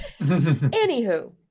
Anywho